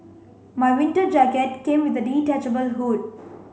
my winter jacket came with the detachable hood